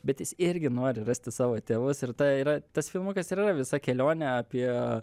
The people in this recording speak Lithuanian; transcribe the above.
bet jis irgi nori rasti savo tėvus ir tai yra tas filmukas ir yra visa kelionė apie